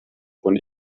von